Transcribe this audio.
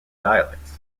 dialects